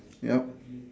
yup